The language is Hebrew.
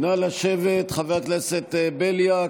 נא לשבת, חבר הכנסת בליאק.